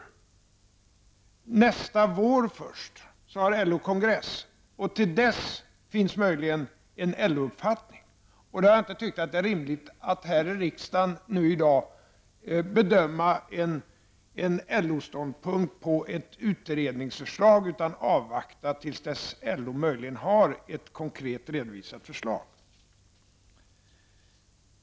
Först nästa vår har LO kongress, och till dess finns möjligen en uppfattning hos LO. Jag har inte ansett det rimligt att nu i dag, här i riksdagen, bedöma en LO-ståndpunkt på ett utredningsförslag. Jag vill avvakta till dess LO möjligen har ett konkret och redovisat förslag.